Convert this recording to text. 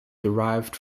derived